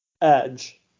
Edge